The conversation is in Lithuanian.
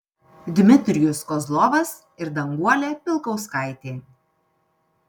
dmitrijus kozlovas ir danguolė pilkauskaitė